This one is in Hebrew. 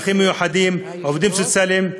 צרכים מיוחדים ועובדים סוציאליים.